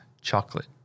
chocolate